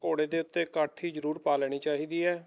ਘੋੜੇ ਦੇ ਉੱਤੇ ਕਾਠੀ ਜ਼ਰੂਰ ਪਾ ਲੈਣੀ ਚਾਹੀਦੀ ਹੈ